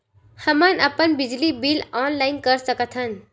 हमन अपन बिजली बिल ऑनलाइन कर सकत हन?